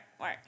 work